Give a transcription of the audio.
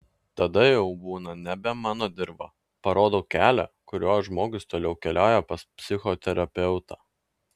tada jau būna nebe mano dirva parodau kelią kuriuo žmogus toliau keliauja pas psichoterapeutą